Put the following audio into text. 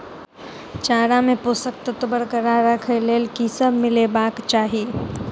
चारा मे पोसक तत्व बरकरार राखै लेल की सब मिलेबाक चाहि?